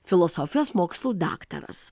filosofijos mokslų daktaras